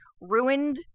ruined